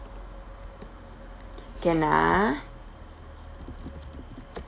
can ah